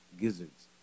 gizzards